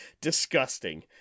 Disgusting